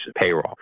payroll